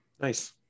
Nice